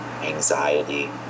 anxiety